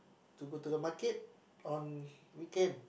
to go to the market on weekend